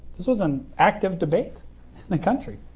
this was an active debate in the country.